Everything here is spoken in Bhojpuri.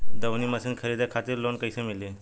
दऊनी मशीन खरीदे खातिर लोन कइसे मिली?